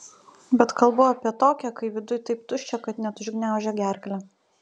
bet kalbu apie tokią kai viduj taip tuščia kad net užgniaužia gerklę